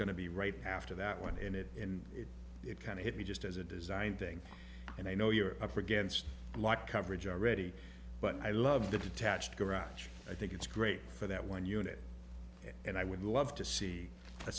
to be right after that one in it and it kind of hit me just as a design thing and i know you're up against like coverage already but i love the detached garage i think it's great for that one unit and i would love to see a